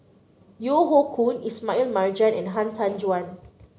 Yeo Hoe Koon Ismail Marjan and Han Tan Juan